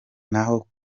naho